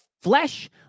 flesh